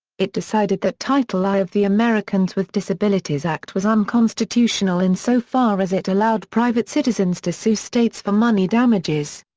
it decided that title i of the americans with disabilities act was unconstitutional and so insofar as it allowed private citizens to sue states for money damages.